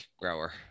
grower